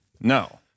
No